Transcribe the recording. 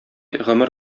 гомер